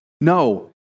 No